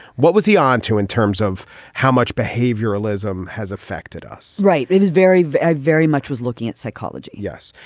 what was he on to in terms of how much behavioral ism has affected us. right. it is very very very much was looking at psychology. yes.